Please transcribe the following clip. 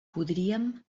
podríem